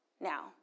Now